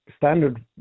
standard